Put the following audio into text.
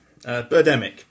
Birdemic